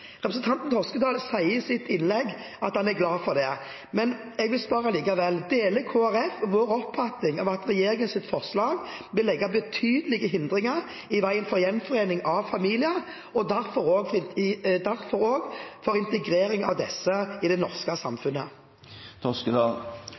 Representanten Toskedal sa i sitt innlegg at han er glad for det, men jeg vil likevel spørre: Deler Kristelig Folkeparti vår oppfatning om at regjeringens forslag vil legge betydelige hindringer i veien for gjenforening av familier, og derfor også for integrering av disse i det norske